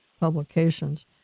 publications